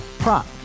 Prop